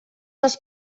els